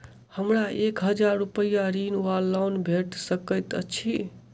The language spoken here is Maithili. हमरा एक हजार रूपया ऋण वा लोन भेट सकैत अछि?